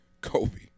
Kobe